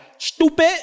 stupid